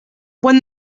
when